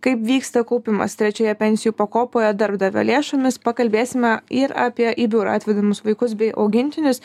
kaip vyksta kaupimas trečioje pensijų pakopoje darbdavio lėšomis pakalbėsime ir apie į biurą atvedamus vaikus bei augintinius